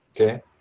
Okay